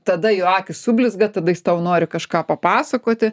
tada jo akys sublizga tada jis tau nori kažką papasakoti